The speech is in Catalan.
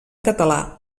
català